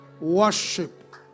worship